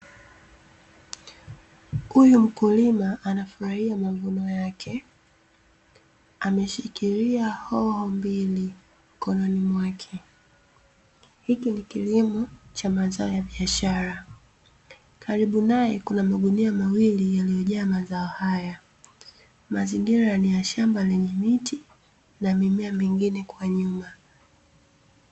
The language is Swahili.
Huyu mkulima anafurahia mavuno yake ameshikilia hoho mbili mkononi mwake, hiki ni kilimo cha mazao ya biashara, karibu naye kuna magunia mawili yaliyojaa mazao haya, mazingira ni ya shamba lenye miti na mimea mingine kwa nyuma.